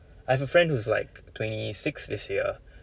I have a friend who's like twenty six this year